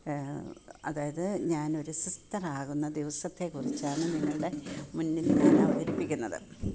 അതായത് ഞാൻ ഒരു സിസ്റ്ററാകുന്ന ദിവസത്തെ കുറിച്ചാണ് നിങ്ങളുടെ മുന്നിൽ ഞാൻ അവതരിപ്പിക്കുന്നത്